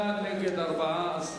בעד, 38, נגד, 14,